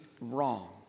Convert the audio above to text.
wrong